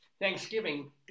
Thanksgiving